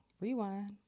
rewind